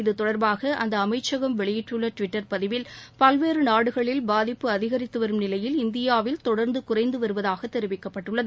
இது தொடர்பாக அந்த அமைச்சம் வெளியிட்டுள்ள டுவிட்டர் பதிவில் பல்வேறு நாடுகளில் பாதிப்பு அதிகரித்து வரும் நிலையில் இந்தியாவில் தொடர்ந்து குறைந்து வருவதாக தெரிவிக்கப்பட்டுள்ளது